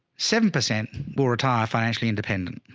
seven percent will retire financially independent.